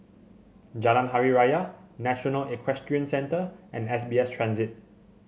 Jalan Hari Raya National Equestrian Centre and S B S Transit